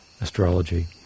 astrology